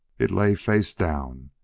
it lay face down.